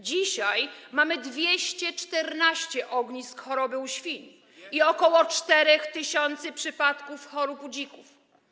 Dzisiaj mamy 214 ognisk choroby u świń i ok. 4 tys. przypadków chorób u dzików.